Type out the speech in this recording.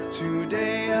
today